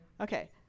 Okay